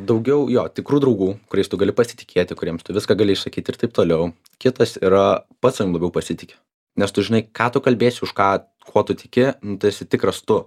daugiau jo tikrų draugų kuriais tu gali pasitikėti kuriems tu viską gali išsakyti ir taip toliau kitas yra pats savim labiau pasitiki nes tu žinai ką tu kalbėsi už ką kuo tu tiki tu esi tikras tu